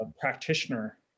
practitioner